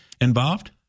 involved